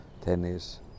tennis